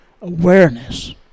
awareness